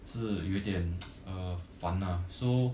是有点 uh 烦 lah so